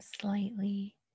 slightly